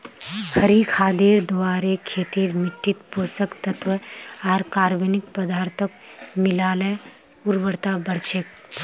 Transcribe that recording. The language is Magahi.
हरी खादेर द्वारे खेतेर मिट्टित पोषक तत्त्व आर कार्बनिक पदार्थक मिला ल उर्वरता बढ़ छेक